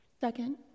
Second